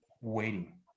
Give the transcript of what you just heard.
waiting